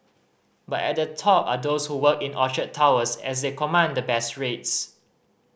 but at the top are those who work in Orchard Towers as they command the best rates